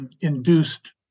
induced